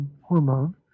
hormone